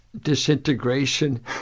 Disintegration